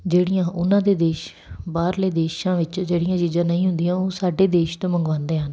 ਜਿਹੜੀਆਂ ਉਹਨਾਂ ਦੇ ਦੇਸ਼ ਬਾਹਰਲੇ ਦੇਸ਼ਾਂ ਵਿੱਚ ਜਿਹੜੀਆਂ ਚੀਜ਼ਾਂ ਨਹੀਂ ਹੁੰਦੀਆਂ ਉਹ ਸਾਡੇ ਦੇਸ਼ ਤੋਂ ਮੰਗਵਾਉਂਦੇ ਹਨ